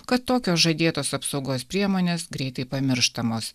kad tokios žadėtos apsaugos priemonės greitai pamirštamos